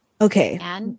Okay